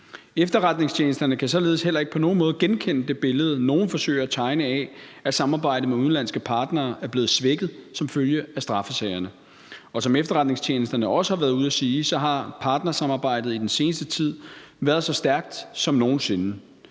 Efterretningstjenesterne kan således heller ikke på nogen måde genkende det billede, som nogle forsøger at tegne af, at samarbejdet med udenlandske partnere er blevet svækket som følge af straffesagerne, og som efterretningstjenesterne også har været ude at sige, har partnersamarbejdet i den seneste tid været så stærkt som nogen sinde.